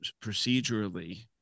procedurally